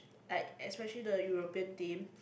like especially the European team